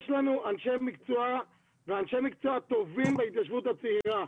יש לנו אנשי מקצוע ואנשי מקצוע טובים בהתיישבות הצעירה.